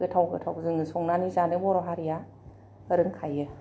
गोथाव गोथाव जोङो संनानै जानो बर' हारिआ रोंखायो